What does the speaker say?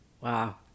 Wow